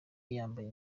yambaye